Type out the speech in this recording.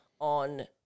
on